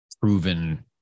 proven